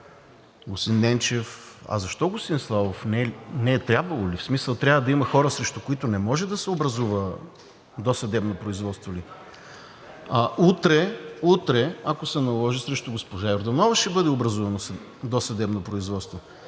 А защо, господин Славов, не е трябвало ли? В смисъл трябва да има хора, срещу които не може да се образува досъдебно производство? Утре, ако се наложи, срещу госпожа Йорданова ще бъде образувано досъдебно производство.